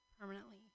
permanently